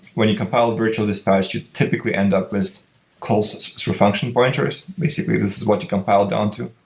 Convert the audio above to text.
when you compile virtual dispatch, you typically end up as closer to a function pointers. basically, this is what you compile down to.